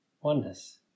oneness